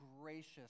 gracious